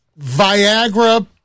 Viagra